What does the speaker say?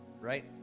right